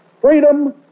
Freedom